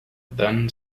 then